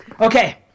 Okay